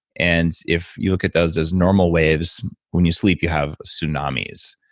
and if you look at those as normal waves, when you sleep you have tsunamis,